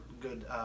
good